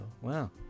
wow